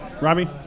Robbie